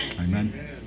Amen